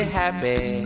happy